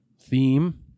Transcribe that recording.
theme